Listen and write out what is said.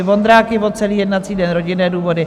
Vondrák Ivo celý jednací den, rodinné důvody;